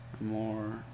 more